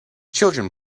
children